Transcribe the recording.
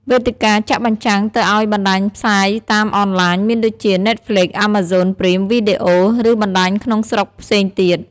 វេទិកាចាក់បញ្ចាំងទៅឲ្យបណ្ដាញផ្សាយតាមអនឡាញមានដូចជា Netflix, Amazon Prime Video ឬបណ្ដាញក្នុងស្រុកផ្សេងទៀត។